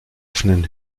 offenen